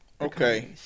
Okay